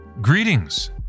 Greetings